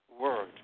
word